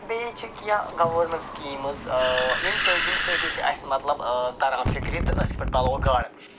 بیٚیہِ چھِ کیٚنٛہہ گوٲرمٮ۪نٛٹ سِکیٖمٕز یِم تہٕ تَمہِ سۭتۍ تہِ چھِ اَسہِ مطلب تران فِکرِ تہٕ أسۍ کِتھ پٲٹھۍ پَلوَکھ گاڈٕ